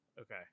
Okay